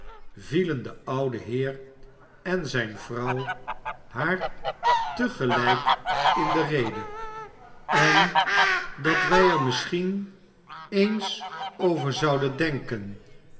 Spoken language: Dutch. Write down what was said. vielen de oude heer en zijne vrouw haar te gelijk in de rede en dat wij er misschien eens over zouden denken